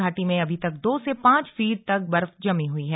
घाटी में अभी तक दो से पांच फीट तक बर्फ जमी हुई है